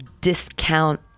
discount